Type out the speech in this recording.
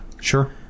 Sure